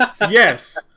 Yes